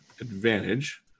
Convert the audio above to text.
advantage